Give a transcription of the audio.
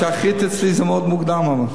שחרית אצלי זה מאוד מוקדם.